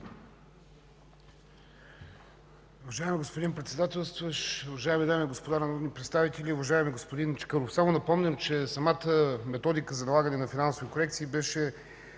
Уважаеми господин Председател, уважаеми дами и господа народни представители, уважаеми господин Чакъров! Само напомням, че самата методика за налагане на финансови корекции беше